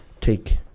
take